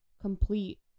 complete